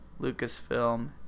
Lucasfilm